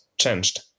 changed